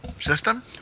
system